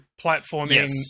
platforming